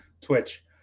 twitch